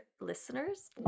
listeners